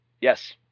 Yes